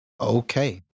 Okay